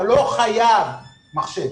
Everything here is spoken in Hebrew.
אתה לא חייב מחשב.